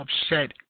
upset